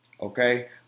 Okay